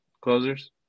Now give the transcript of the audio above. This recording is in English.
closers